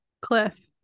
Cliff